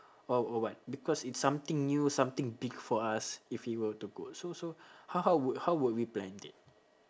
or or what because it's something new something big for us if we were to go so so how how would how would we planned it